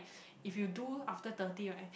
if you do after thirty right